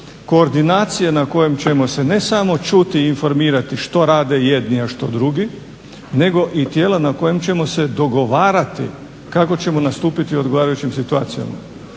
koordinacije na kojim ćemo se ne samo čuti i informirati što rade jedni, a što drugi nego i tijela na kojima ćemo se dogovarati kako ćemo nastupiti u odgovarajućim situacijama.